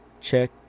check